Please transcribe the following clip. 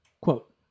Quote